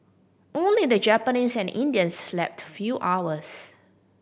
only the Japanese and Indians slept few hours